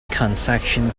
concession